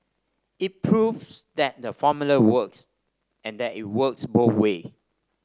it proves that the formula works and that it works both way